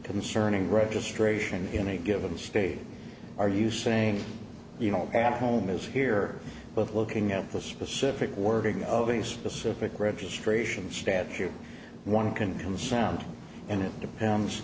concerning registration in a given state are you saying you don't have homes here but looking at the specific wording of any specific registration statute one can become sound and it depends